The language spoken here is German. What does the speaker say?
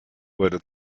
wurde